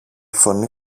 φωνή